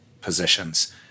positions